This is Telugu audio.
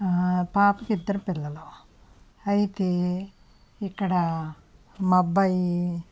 అ పాపకి ఇద్దరు పిల్లలు అయితే ఇక్కడ మా అబ్బాయి